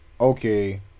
okay